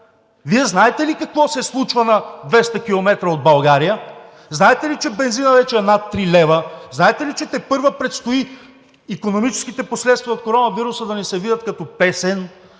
Вие знаете ли какво се случва на 200 км от България? Знаете ли, че бензинът вече е над 3 лв.? Знаете ли, че тепърва предстои икономическите последствия от коронавируса да ни се видят като песен?